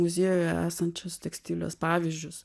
muziejuje esančius tekstilės pavyzdžius